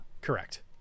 Correct